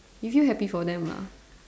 you feel happy for them lah